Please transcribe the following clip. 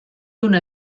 una